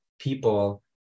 people